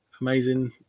amazing